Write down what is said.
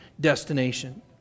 destination